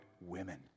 women